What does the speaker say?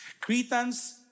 Cretans